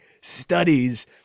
studies